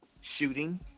shooting